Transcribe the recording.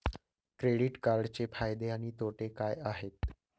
Credit कार्डचे फायदे आणि तोटे काय आहेत?